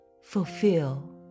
fulfill